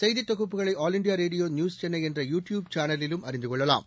செய்தி தொகுப்புகளை all India ரோட்டோ நியூஸ் சென்னை என்ற யு டியூப் சேனலிலும் அறிந்து கொள்ளலாம்